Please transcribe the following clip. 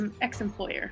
ex-employer